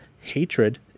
Hatred